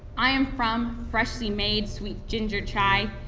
i am from freshly made sweet ginger chai,